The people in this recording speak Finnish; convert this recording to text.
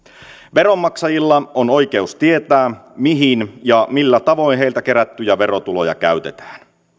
veronmaksajilla on oikeus tietää mihin ja millä tavoin heiltä kerättyjä verotuloja käytetään